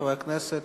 חבר הכנסת,